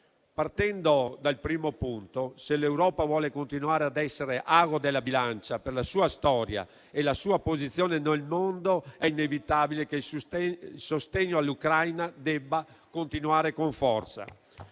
Partendo dal primo punto, se l'Europa vuole continuare ad essere ago della bilancia per la sua storia e la sua posizione nel mondo, è inevitabile che il sostegno all'Ucraina debba continuare con forza